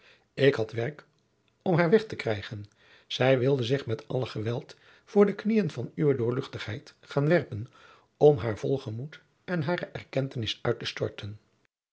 ik had werk om haar weg te krijgen zij wilde zich met alle geweld voor de kniëen van uwe doorl gaan werpen om haar vol gemoed en hare erkentenis uit te storten